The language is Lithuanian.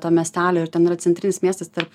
to miesteliai ir ten yra centrinis miestas tarp